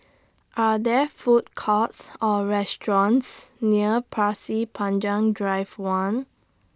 Are There Food Courts Or restaurants near Pasir Panjang Drive one